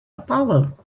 apollo